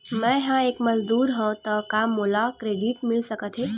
मैं ह एक मजदूर हंव त का मोला क्रेडिट मिल सकथे?